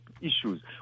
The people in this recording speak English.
issues